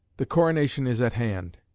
the coronation is at hand.